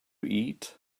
eat